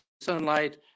sunlight